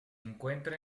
encuentra